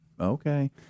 okay